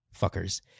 fuckers